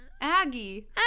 Aggie